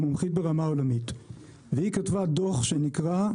היא מומחית ברמה עולמית והיא כתבה דוח שנקרא,